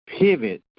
pivot